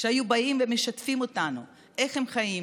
כשהיו באים ומשתפים אותנו איך הם חיים,